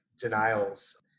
denials